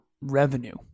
revenue